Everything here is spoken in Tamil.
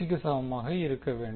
க்கு சமமாக இருக்க வேண்டும்